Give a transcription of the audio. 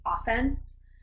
offense